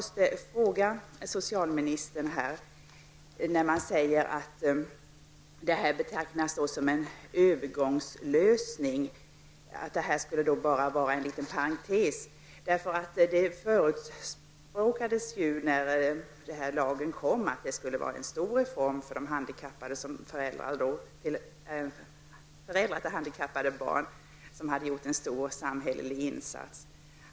Socialministern säger att detta pensionstillägg betecknas som en övergångslösning och att det utgör bara en parentes. Men när denna lag trädde i kraft sades det ju att detta skulle innebära en stor reform för föräldrar till handikappade barn som hade gjort en stor samhällelig insats.